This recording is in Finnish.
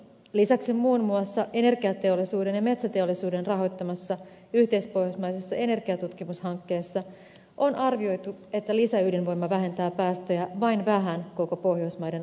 lisäksi muun muassa energiateollisuuden ja metsäteollisuuden rahoittamassa yhteispohjoismaisessa energiatutkimushankkeessa on arvioitu että lisäydinvoima vähentää päästöjä vain vähän koko pohjoismaiden alueella